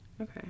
Okay